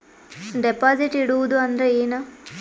Deposit ಇಡುವುದು ಅಂದ್ರ ಏನ?